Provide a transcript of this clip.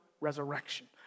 resurrection